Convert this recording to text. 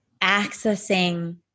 accessing